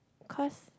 because